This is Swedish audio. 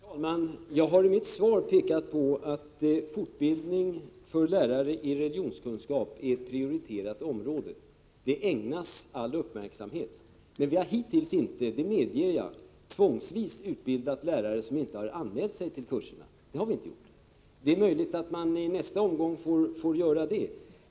Herr talman! Jag har i mitt svar pekat på att fortbildning i religionskunskap för lärare är ett prioriterat område. Det ägnas all uppmärksamhet. Men vi har hittills inte, det medger jag, tvångsvis utbildat lärare som inte har anmält sig till kurserna. Det är möjligt att vi i nästa omgång får göra det.